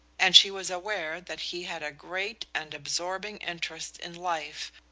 and she was aware that he had a great and absorbing interest in life,